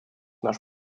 наш